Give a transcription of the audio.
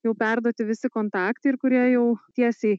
jau perduoti visi kontaktai ir kurie jau tiesiai